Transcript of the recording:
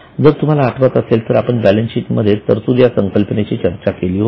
जर तुम्हाला आठवत असेल तर आपण बॅलन्स शीट मध्ये तरतूद या संकल्पनेची चर्चा केली होती